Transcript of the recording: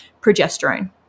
progesterone